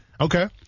Okay